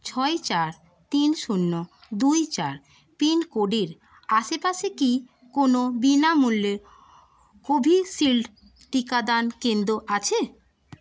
ছয় চার তিন শূন্য দুই চার পিনকোডের আশেপাশে কি কোনও বিনামূল্যে কোভিশিল্ড টিকাদান কেন্দ্র আছে